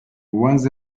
was